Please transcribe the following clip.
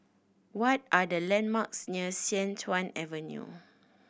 what are the landmarks near Sian Tuan Avenue